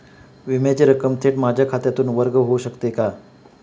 विम्याची रक्कम थेट माझ्या खात्यातून वर्ग होऊ शकते का?